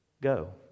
go